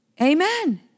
Amen